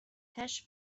hash